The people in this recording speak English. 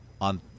on